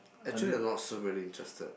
actually I'm not so really interested